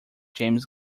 james